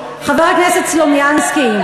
חבר הכנסת סלומינסקי,